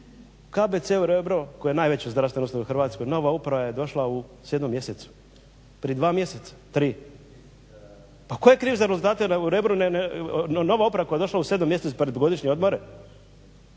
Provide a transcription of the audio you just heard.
KBC-u Rebro koja je najveća zdravstvena ustanova u Hrvatskoj nova uprava je došla u 7. mjesecu, prije dva mjeseca, tri. Pa tko je kriv za … /Govornik se ne razumije./… u Rebru, nova uprava koja je došla u 7. mjesecu pred godišnje odmore?